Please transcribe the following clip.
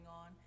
on